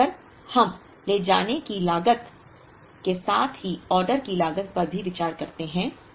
और अगर हम ले जाने की लागत के साथ ही ऑर्डर की लागत पर भी विचार करते हैं